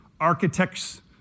architects